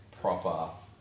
proper